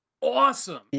awesome